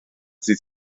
ddydd